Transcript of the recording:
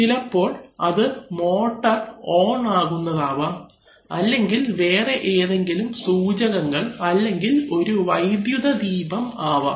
ചിലപ്പോൾ അത് motor on ആകുന്നതാവാം അല്ലെങ്കിൽ വേറെ ഏതെങ്കിലും സൂചകങ്ങൾ അല്ലെങ്കിൽ ഒരു വൈദ്യുതദീപം ആവാം